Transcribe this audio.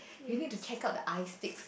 you need to check out the iSteaks